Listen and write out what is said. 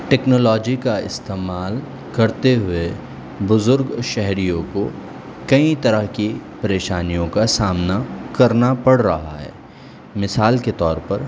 technology کا استعمال کرتے ہوئے بزرگ شہریوں کو کئی طرح کی پریشانیوں کا سامنا کرنا پڑ رہا ہے مثال کے طور پر